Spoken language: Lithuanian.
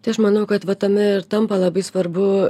tai aš manau kad va tame ir tampa labai svarbu